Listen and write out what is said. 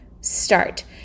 start